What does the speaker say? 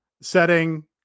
setting